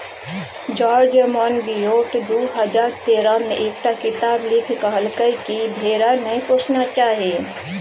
George Monbiot दु हजार तेरह मे एकटा किताप लिखि कहलकै कि भेड़ा नहि पोसना चाही